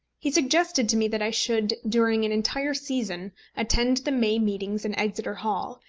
he suggested to me that i should during an entire season attend the may meetings in exeter hall,